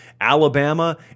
Alabama